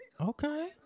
Okay